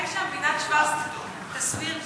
אולי שבינת שוורץ תסביר בדיוק,